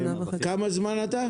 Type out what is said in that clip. כמה זמן אתה בתפקיד?